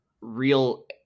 real